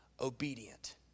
obedient